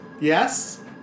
Yes